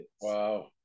Wow